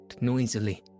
noisily